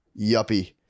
yuppie